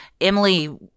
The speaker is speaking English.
Emily